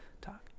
Talk